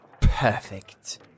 Perfect